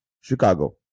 Chicago